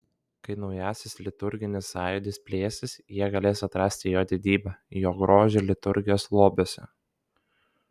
kai naujasis liturginis sąjūdis plėsis jie galės atrasti jo didybę jo grožį liturgijos lobiuose